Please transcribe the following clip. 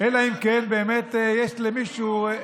אלא אם כן באמת יש למישהו,